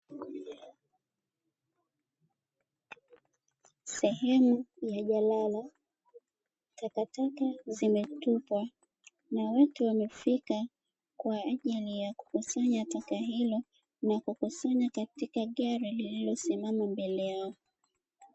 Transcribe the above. Sehemu ya jalala, takataka zimetupwa na watu wamefika kwa ajili ya kukusanya taka hizo, na kukusanya katika gari lililosimamia mbele yao.